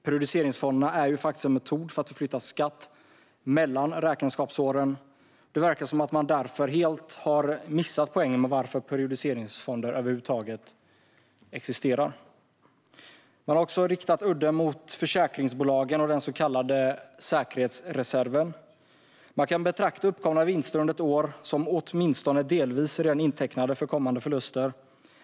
Periodiseringsfonderna är ju en metod för att flytta skatt mellan räkenskapsåren. Det verkar här som om man helt har missat poängen med periodiseringsfonder över huvud taget. Man har också riktat udden mot försäkringsbolagen och den så kallade säkerhetsreserven. Man kan betrakta uppkomna vinster under ett år som åtminstone delvis redan intecknade för kommande förluster.